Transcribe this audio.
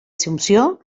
assumpció